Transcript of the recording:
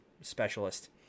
specialist